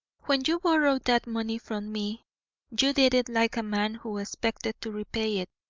when you borrowed that money from me you did it like a man who expected to repay it.